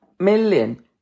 million